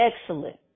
Excellent